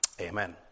Amen